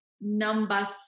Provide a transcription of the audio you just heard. number